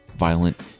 ...violent